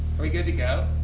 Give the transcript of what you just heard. are we good to go?